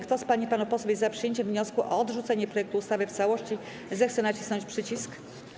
Kto z pań i panów posłów jest za przyjęciem wniosku o odrzucenie projektu ustawy w całości, zechce nacisnąć przycisk.